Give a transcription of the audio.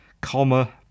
comma